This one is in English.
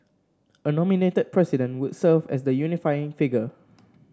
a nominated President would serve as the unifying figure